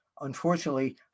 Unfortunately